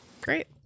Great